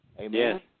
Amen